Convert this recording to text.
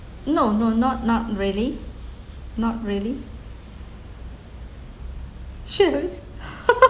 no no not not really not really